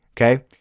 Okay